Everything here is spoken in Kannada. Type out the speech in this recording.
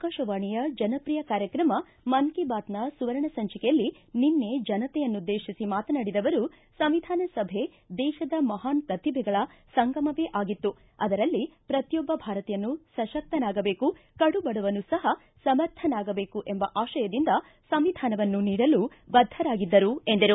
ಆಕಾಶವಾಣಿಯ ಜನಪ್ರಿಯ ಕಾರ್ಯಕ್ರಮ ಮನ್ ಕಿ ಬಾತ್ನ ಸುವರ್ಣ ಸಂಚಿಕೆಯಲ್ಲಿ ನಿನ್ನೆ ಜನತೆಯನ್ನುದ್ದೇಶಿಸಿ ಮಾತನಾಡಿದ ಅವರು ಸಂವಿಧಾನ ಸಭೆ ದೇಶದ ಮಹಾನ್ ಪ್ರತಿಭೆಗಳ ಸಂಗಮವೇ ಆಗಿತ್ತು ಸ ಅದರಲ್ಲಿ ಸ್ರತಿಯೊಬ್ಬ ಭಾರತೀಯನೂ ಸಶಕ್ತನಾಗಬೇಕು ಕಡುಬಡವನೂ ಸಹ ಸಮರ್ಥನಾಗಬೇಕು ಎಂಬ ಆಶಯದಿಂದ ಸಂವಿಧಾನವನ್ನು ನೀಡಲು ಬದ್ಧರಾಗಿದ್ದರು ಎಂದರು